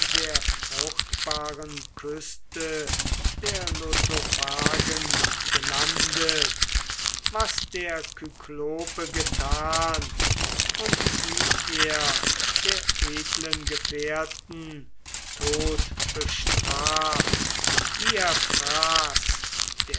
der fruchtbaren küste der lotophagen gelandet was der kyklope getan und wie er der edlen gefährten tod bestraft die er fraß